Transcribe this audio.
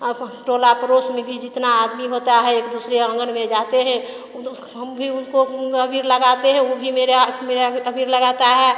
आपन टोला पड़ोस में भी जितना आदमी होता है एक दूसरे आँगन में जाते हैं हम भी उनको अबीर लगाते हैं ऊ भी मेरे मेरे अबीर लगाता है